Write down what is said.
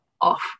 off